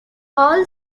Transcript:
all